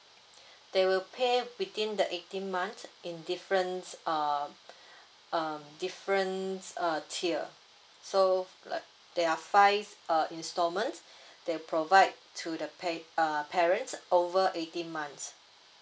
they will pay between the eighteen months in different um um different uh tier so like there are five uh instalments that provide to the pay uh parents over eighteen months